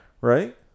Right